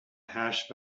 hash